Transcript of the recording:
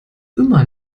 immer